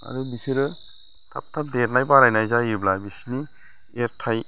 आरो बिसोरो थाब थाब देरनाय बारायनाय जायोब्ला बिसिनि एरथाय